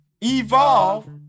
evolve